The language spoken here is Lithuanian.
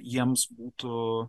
jiems būtų